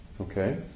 Okay